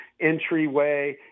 entryway